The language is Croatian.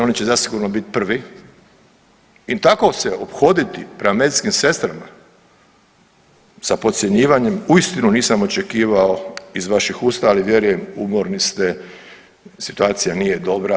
Oni će zasigurno biti prvi i tako se ophoditi prema medicinskim sestrama sa podcjenjivanjem uistinu nisam očekivao iz vaših usta, ali vjerujem umorni ste, situacija nije dobra.